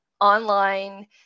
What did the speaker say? online